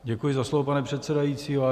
Děkuji za slovo, pane předsedající.